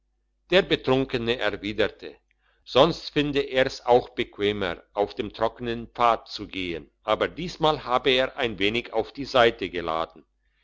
der betrunkene erwiderte sonst finde er's auch bequemer auf dem trockenen pfad zu gehen aber diesmal habe er ein wenig auf die seite geladen